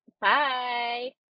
Bye